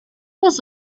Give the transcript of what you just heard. was